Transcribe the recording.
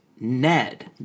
Ned